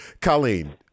Colleen